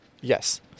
yes